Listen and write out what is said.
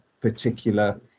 particular